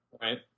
right